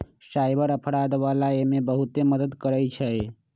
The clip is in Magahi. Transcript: साइबर अपराध वाला एमे बहुते मदद करई छई